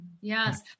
Yes